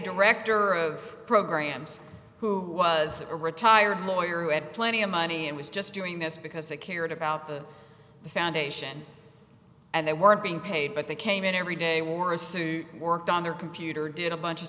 director of programs who was a retired lawyer who had plenty of money and was just doing this because they cared about the foundation and they weren't being paid but they came in every day wore a suit worked on their computer did a bunch of